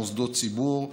מוסדות ציבור,